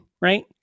right